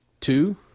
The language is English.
two